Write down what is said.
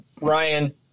Ryan